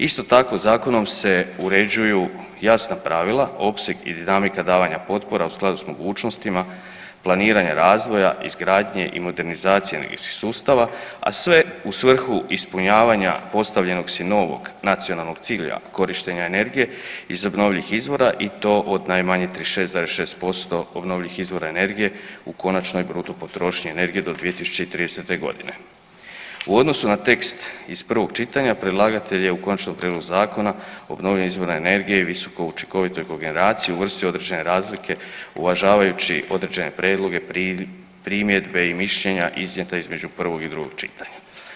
Isto tako zakonom se uređuju jasna pravila, opseg i dinamika davanja potpora u skladu s mogućnostima planiranja razvoja, izgradnje i modernizacije energetskih sustava, a sve u svrhu ispunjavanja postavljenog si novog nacionalnog cilja korištenja energije iz obnovljivih izvora i to od najmanje 36,6% obnovljivih izvora energije u konačnoj bruto potrošnji energije do 2030.g. U odnosu na tekst iz prvog čitanja predlagatelje je u Konačnom prijedlogu Zakona obnovljivim izvorima energije i visokoučinkovitoj kogeneraciji uvrsti određene razlike uvažavajući određene prijedloge, primjedbe i mišljenja iznijeta između prvog i drugog čitanja.